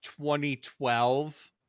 2012